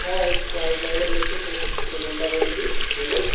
হ্যাঁ এই পাইপ লাইনের মিস্ত্রি তরুনদা বলছি বলুন